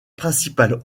principale